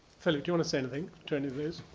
philip, do you wanna say anything to any